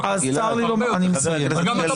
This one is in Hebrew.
אז צר לי לומר לך -- אבל גלעד,